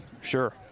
Sure